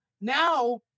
Now